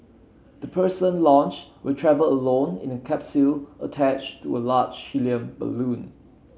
the person launched will travel alone in a capsule attached to a large helium balloon